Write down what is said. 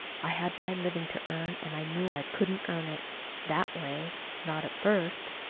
i had my living to earn, and i knew i couldn't earn it that way not at first.